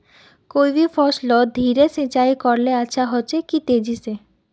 कोई भी फसलोत धीरे सिंचाई करले अच्छा होचे या तेजी से?